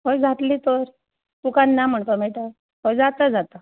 हय जातलें तर तुका ना म्हाका मागीर टायम हय जाता जाता